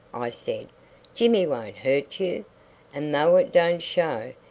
i said jimmy won't hurt you and though it don't show,